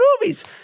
movies